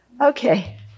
Okay